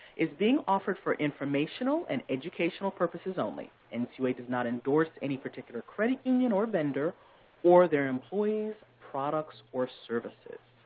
is being offered for informational and educational purposes only. and so ncua does not endorse any particular credit union or vendor or their employees, products, or services.